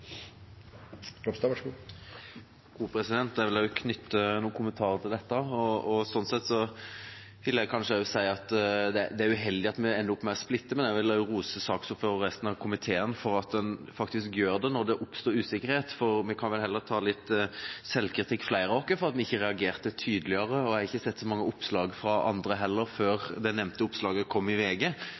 Jeg vil også knytte noen kommentarer til dette. Jeg vil kanskje også si at det er uheldig at vi ender opp med å splitte, men jeg vil rose saksordføreren og resten av komiteen for at den faktisk gjør det når det oppstår usikkerhet, for vi kan vel heller ta litt selvkritikk, flere av oss, fordi vi ikke reagerte tydeligere, og jeg har ikke sett så mange oppslag fra andre heller, før det nevnte oppslaget kom i VG.